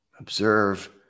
Observe